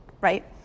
right